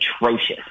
atrocious